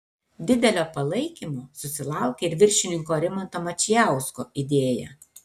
didelio palaikymo susilaukė iš viršininko rimanto mačijausko idėja